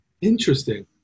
Interesting